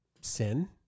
sin